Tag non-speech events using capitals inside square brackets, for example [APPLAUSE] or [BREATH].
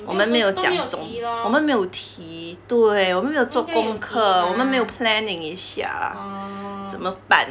我们没有讲重我们没有题对我们没有做功课我们没有 planning 一下 [BREATH] 怎么办